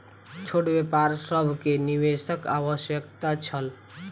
छोट व्यापार सभ के निवेशक आवश्यकता छल